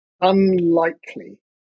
unlikely